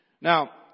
Now